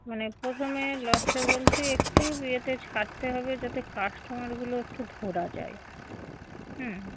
মানে প্রথমে লসে বলতে একটু ইয়েতে ছাড়তে হবে যাতে কাস্টমারগুলো একটু ধরা যায় হুম